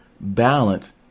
balance